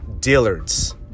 Dillard's